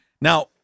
now